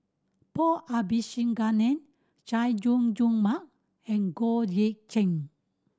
Paul Abisheganaden Chay Jung Jun Mark and Goh Eck Kheng